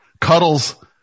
Cuddles